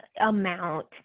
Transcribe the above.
amount